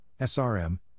SRM